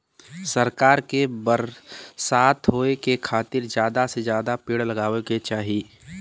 सरकार के बरसात होए के खातिर जादा से जादा पेड़ लगावे के चाही